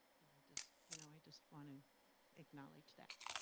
i just you know i just want to acknowledge that.